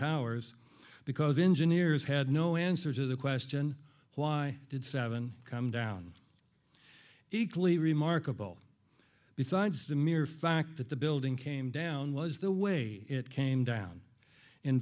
towers because engineers had no answer to the question why did seven come down equally remarkable besides the mere fact that the building came down was the way it came down